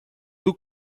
two